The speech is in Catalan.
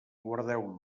guardeu